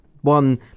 One